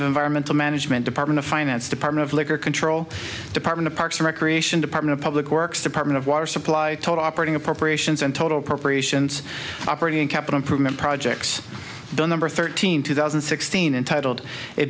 of environmental management department of finance department of liquor control department of parks and recreation department of public works department of water supply total operating appropriations and total appropriations operating capital improvement projects the number thirteen two thousand and sixteen entitled it